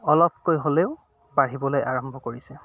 অলপকৈ হ'লেও বাঢ়িবলৈ আৰম্ভ কৰিছে